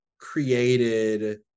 created